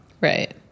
Right